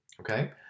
okay